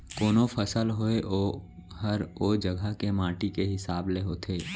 कोनों फसल होय ओहर ओ जघा के माटी के हिसाब ले होथे